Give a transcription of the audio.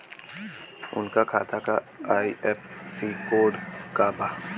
उनका खाता का आई.एफ.एस.सी कोड का बा?